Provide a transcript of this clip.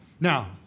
Now